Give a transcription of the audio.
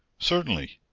certainly!